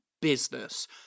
business